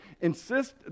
insist